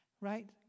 right